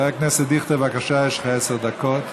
חבר הכנסת דיכטר, בבקשה, יש לך עשר דקות.